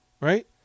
Right